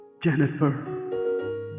Jennifer